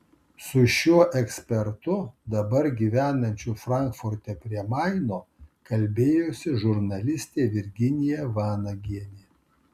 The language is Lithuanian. su šiuo ekspertu dabar gyvenančiu frankfurte prie maino kalbėjosi žurnalistė virginija vanagienė